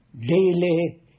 daily